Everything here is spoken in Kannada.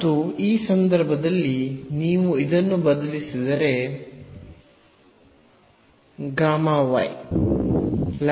ಮತ್ತು ಈ ಸಂದರ್ಭದಲ್ಲಿ ನೀವು ಇದನ್ನು ಬದಲಿಸಿದರೆ λy